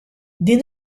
din